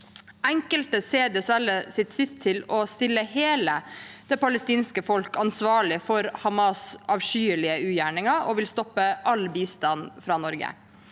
Enkelte ser dessverre sitt snitt til å stille hele det palestinske folket ansvarlig for Hamas’ avskyelige ugjerninger og vil stoppe all bistand fra Norge.